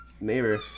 neighbor